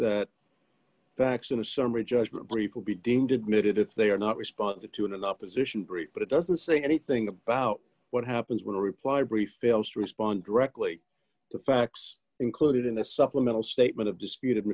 that facts in a summary judgment brief will be deemed admitted if they are not responded to in an opposition brief but it doesn't say anything about what happens when a reply brief fails to respond directly to facts included in the supplemental statement of disputed